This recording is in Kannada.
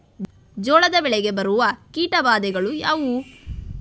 ಜೋಳದ ಬೆಳೆಗೆ ಬರುವ ಕೀಟಬಾಧೆಗಳು ಯಾವುವು?